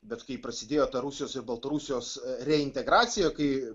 bet kai prasidėjo rusijos ir baltarusijos reintegracija kai